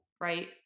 right